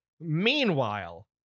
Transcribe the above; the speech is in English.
Meanwhile